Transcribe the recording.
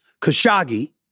Khashoggi